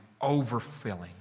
overfilling